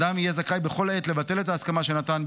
אדם יהיה זכאי בכל עת לבטל את ההסכמה שנתן.